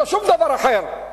לא שום דבר אחר,